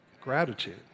Gratitude